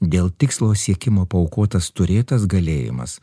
dėl tikslo siekimo paaukotas turėtas galėjimas